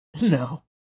No